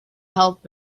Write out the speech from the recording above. half